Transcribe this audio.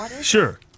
Sure